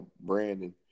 Brandon